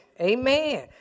Amen